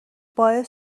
باعث